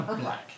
black